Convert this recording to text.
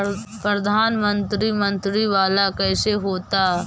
प्रधानमंत्री मंत्री वाला कैसे होता?